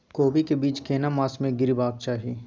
कोबी के बीज केना मास में गीरावक चाही?